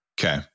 Okay